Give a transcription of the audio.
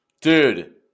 Dude